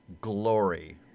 glory